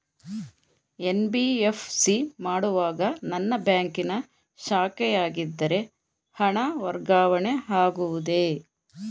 NBFC ಮಾಡುವಾಗ ನನ್ನ ಬ್ಯಾಂಕಿನ ಶಾಖೆಯಾಗಿದ್ದರೆ ಹಣ ವರ್ಗಾವಣೆ ಆಗುವುದೇ?